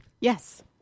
Yes